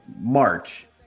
March